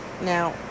Now